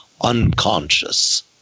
unconscious